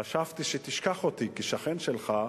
חשבתי שתשכח אותי כשכן שלך,